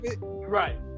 Right